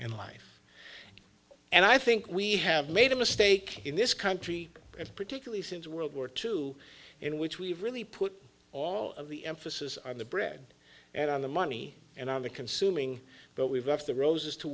in life and i think we have made a mistake in this country particularly since world war two in which we've really put all the emphasis on the bread and on the money and on the consuming but we've left the roses to